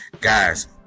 Guys